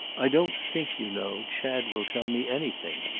i don't think, you know, chad will tell me anything.